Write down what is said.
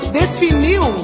definiu